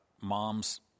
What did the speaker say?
moms